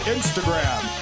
Instagram